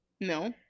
No